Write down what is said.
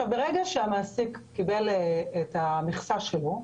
ברגע שהמעסיק קיבל את המכסה שלו,